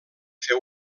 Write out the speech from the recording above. fer